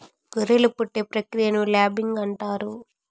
గొర్రెలు పుట్టే ప్రక్రియను ల్యాంబింగ్ అంటారు